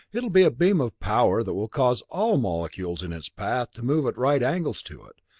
it'll be a beam of power that will cause all molecules in its path to move at right angles to it,